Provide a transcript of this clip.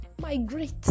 migrate